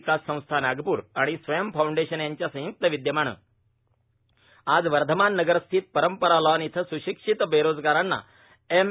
विकास संस्था नागपूर आणि स्वयंम् फाऊंडेशन यांच्या संयुक्त विद्यमाने आज वर्धमान नगरस्थित परंपरा लोंन इथं सुशिक्षित बेरोजगारांना एम